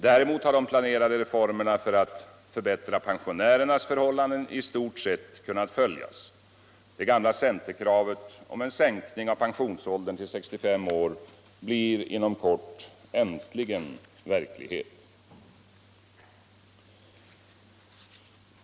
Däremot har de planerade reformerna för att förbättra pensionärernas förhållanden i stort sett kunnat fullföljas. Det gamla centerkravet på en sänkning av pensionsåldern till 65 år blir inom kort äntligen verklighet.